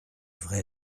vraie